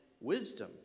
wisdom